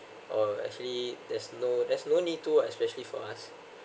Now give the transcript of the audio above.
oh actually there's no there's no need to especially for us